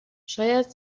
شاید